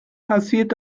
passiert